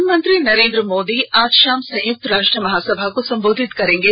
प्रधानमंत्री नरेंद्र मोदी आज शाम संयुक्त राष्ट्र महासभा को संबोधित करेंगे